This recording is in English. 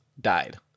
died